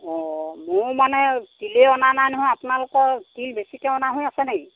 অ মোৰ মানে তিলেই অনা নাই নহয় আপোনালোকৰ তিল বেছিকৈ অনা হৈ আছে নেকি